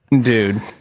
dude